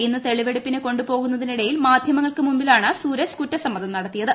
ഇന്ന് തെളിവെടുപ്പിന് കൊണ്ടു പോകുന്നതിനിടയിൽ മാധ്യമങ്ങൾക്കു മുമ്പിലാണ് സൂരജ് കുറ്റസമ്മതം നടത്തിയത്